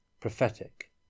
prophetic